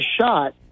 shot